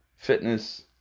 Fitness